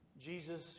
Jesus